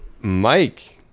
Mike